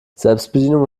selbstbedienung